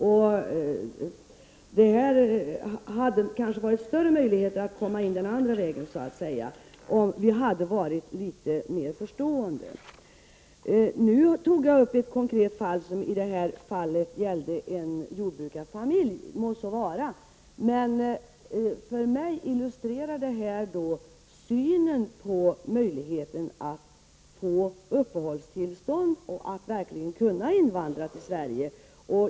Dessa människor har kanske haft större möjligheter att få komma hit som arbetskraft, om de hade mötts av en större förståelse. Jag tog upp ett konkret fall om en jordbrukarfamilj. För mig illustrerar detta synen på möjligheten att få uppehållstillstånd och att kunna invandra till Sverige.